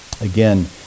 Again